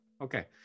Okay